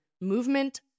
movement